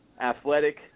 athletic